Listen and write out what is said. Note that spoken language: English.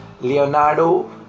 Leonardo